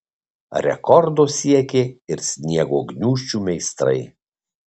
rekordo siekė ir sniego gniūžčių meistrai